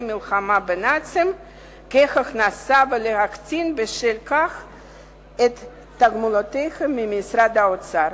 המלחמה בנאצים כהכנסה ולהקטין בשל כך את תגמוליהם ממשרד האוצר.